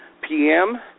PM